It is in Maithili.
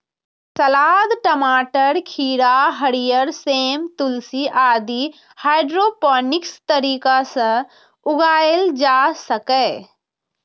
सलाद, टमाटर, खीरा, हरियर सेम, तुलसी आदि हाइड्रोपोनिक्स तरीका सं उगाएल जा सकैए